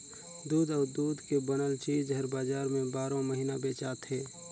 दूद अउ दूद के बनल चीज हर बजार में बारो महिना बेचाथे